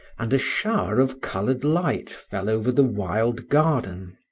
and a shower of colored light fell over the wild garden.